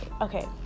Okay